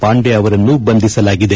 ಪಾಂಡೆ ಅವರನ್ನು ಬಂಧಿಸಲಾಗಿದೆ